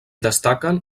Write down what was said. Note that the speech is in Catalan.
destaquen